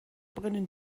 brennen